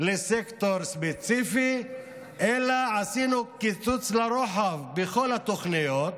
לסקטור ספציפי אלא עשינו קיצוץ לרוחב בכל התוכניות.